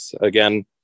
Again